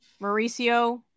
Mauricio